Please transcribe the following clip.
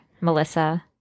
melissa